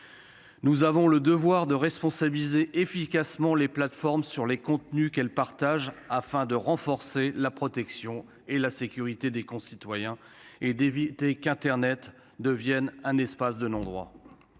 nous avons le devoir de responsabiliser efficacement les plateformes sur les contenus qu'elle partage afin de renforcer la protection et la sécurité des concitoyens et d'éviter qu'Internet devienne un espace de non-droit,